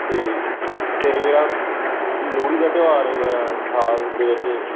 ਅਤੇ ਫਿਰ ਜਿਹੜਾ ਲੋਹੜੀ ਦਾ ਤਿਉਹਾਰ ਆਉਂਦਾ ਆ ਸਾਲ ਦੇ ਵਿੱਚ